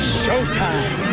showtime